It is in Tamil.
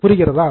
புரிகிறதா